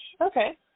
Okay